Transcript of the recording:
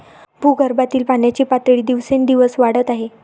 भूगर्भातील पाण्याची पातळी दिवसेंदिवस वाढत आहे